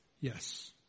Yes